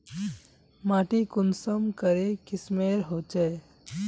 माटी कुंसम करे किस्मेर होचए?